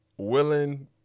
Willing